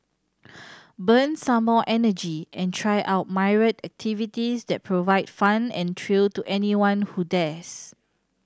burn some more energy and try out myriad activities that provide fun and thrill to anyone who dares